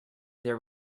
there